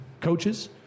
coaches